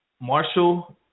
Marshall